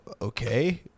okay